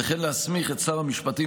וכן להסמיך את שר המשפטים,